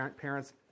Parents